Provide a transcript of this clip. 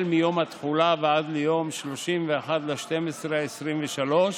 מיום התחולה ועד ליום 31 בדצמבר 2023,